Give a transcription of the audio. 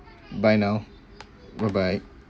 bye now bye bye